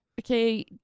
okay